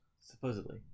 Supposedly